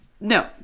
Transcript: No